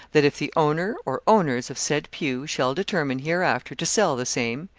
that if the owner or owners of said pew shall determine hereafter to sell the same,